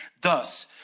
Thus